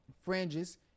fringes